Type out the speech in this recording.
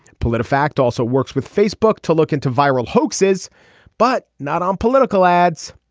politifact also works with facebook to look into viral hoaxes but not on political ads.